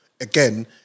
again